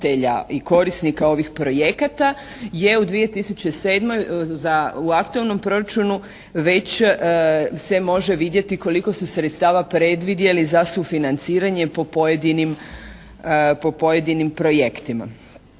i korisnika onih projekata je u 2007. za, u aktualnom proračunu već se može vidjeti koliko su sredstava predvidjeli za sufinanciranje po pojedinim projektima.